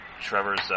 Trevor's